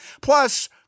Plus